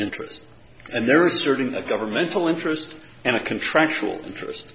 interest and there is certainly a governmental interest and a contractual interest